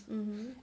mmhmm